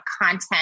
content